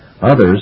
Others